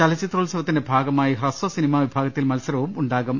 ചലച്ചിത്രോത്സവത്തിന്റെ ഭാഗമായി ഹ്രസ്വസിനിമ വിഭാഗത്തിൽ മത്സരവും ഉണ്ടാവും